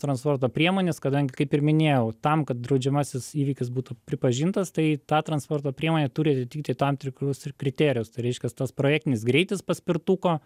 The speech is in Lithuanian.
transporto priemonės kadangi kaip ir minėjau tam kad draudžiamasis įvykis būtų pripažintas tai ta transporto priemonė turi atitikti tam tikrus ir kriterijus tai reiškias tas projektinis greitis paspirtuko